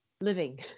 living